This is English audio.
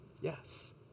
Yes